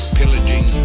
pillaging